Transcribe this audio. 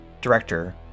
director